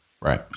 Right